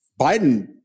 Biden